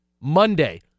Monday